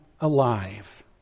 alive